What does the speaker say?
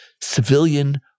civilian